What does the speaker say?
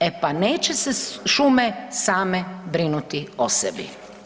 E pa neće se šume same brinuti o sebi.